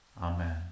Amen